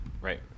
right